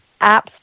apps